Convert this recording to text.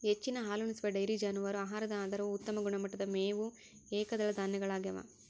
ಹೆಚ್ಚಿನ ಹಾಲುಣಿಸುವ ಡೈರಿ ಜಾನುವಾರು ಆಹಾರದ ಆಧಾರವು ಉತ್ತಮ ಗುಣಮಟ್ಟದ ಮೇವು ಏಕದಳ ಧಾನ್ಯಗಳಗ್ಯವ